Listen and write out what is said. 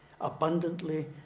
abundantly